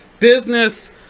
Business